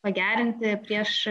pagerinti prieš